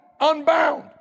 unbound